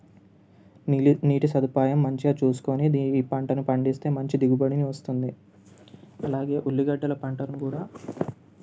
నిలి నీటి సదుపాయం మంచిగా చూసుకుని దీని ఈ పంటను పండిస్తే మంచి దిగుబడిని ఇస్తుంది అలాగే ఉల్లి గడ్డల పంటను కూడా